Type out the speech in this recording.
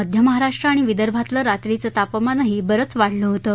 मध्य महाराष्ट्र आणि विदर्भातलं रात्रीचं तापमानही बरंच वाढलं होतं